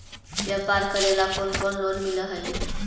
व्यापार करेला कौन कौन लोन मिल हइ?